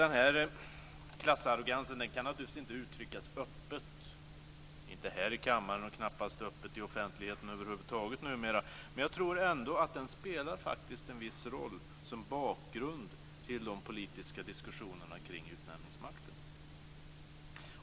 Den här klassarrogansen kan naturligtvis inte uttryckas öppet - inte här i kammaren och knappast öppet i offentligheten över huvud taget numera. Men jag tror ändå att den spelar en viss roll som bakgrund till de politiska diskussionerna kring utnämningsmakten.